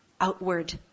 outward